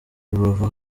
rubavu